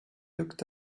looked